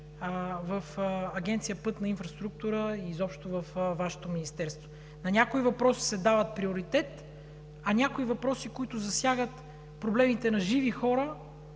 в Агенция „Пътна инфраструктура“ и изобщо във Вашето министерство. На някои въпроси се дава приоритет, а някои въпроси, които засягат проблемите на живи хора,